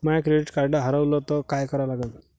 माय credit card हारवलं तर काय करा लागन?